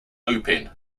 looping